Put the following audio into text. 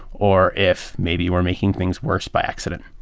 or if maybe you were making things worse by accident.